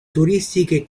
turistiche